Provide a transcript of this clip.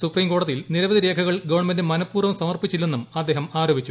സുപ്രീംക്ക്ട്ട്ട്ടതിയിൽ നിരവധി രേഖകൾ ഗവൺമെന്റ് മനപൂർവ്വം സമർപ്പിച്ചില്ലെന്നും അദ്ദേഹം ആരോപിച്ചു